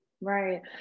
Right